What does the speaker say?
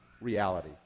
reality